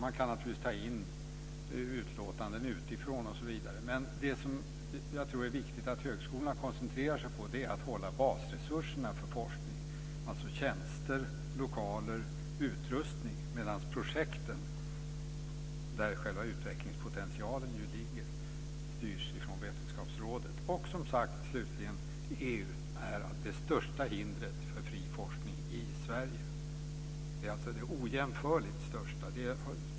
Man kan naturligtvis ta in utlåtanden utifrån. Men jag tror att det är viktigt att högskolorna koncentrerar sig på att hålla basresurserna för forskning - tjänster, lokaler, utrustning - medan projekten, där själva utvecklingspotentialen ju ligger, styrs från Vetenskapsrådet. Och, som sagt, EU är det största hindret för fri forskning i Sverige. Det är det ojämförligt största hindret.